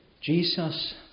Jesus